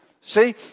See